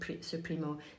Supremo